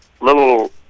little